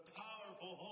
powerful